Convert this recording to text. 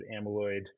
amyloid